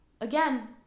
again